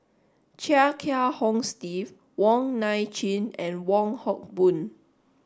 Chia Kiah Hong Steve Wong Nai Chin and Wong Hock Boon